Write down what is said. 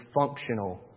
functional